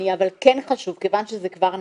אבל כיוון שזה כבר נעשה,